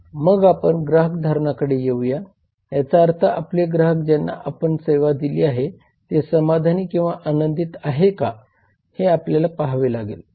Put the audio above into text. मग आपण ग्राहक धारणाकडे येऊया याचा अर्थ आपले ग्राहक ज्यांना आपण सेवा दिली आहे ते समाधानी किंवा आनंदी आहेत का हे आपल्याला हे पाहावे लागेल